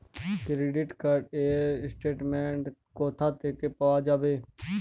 Credit card র statement কোথা থেকে পাওয়া যাবে?